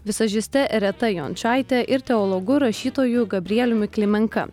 vizažiste reta jončaite ir teologu rašytoju gabrieliumi klimenka